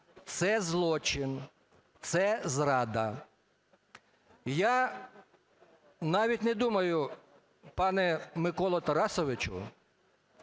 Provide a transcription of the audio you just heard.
це злочин, це зрада. Я навіть не думаю, пане Миколо Тарасовичу,